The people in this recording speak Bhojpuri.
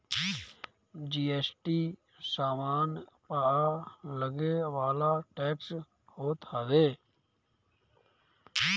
जी.एस.टी सामान पअ लगेवाला टेक्स होत हवे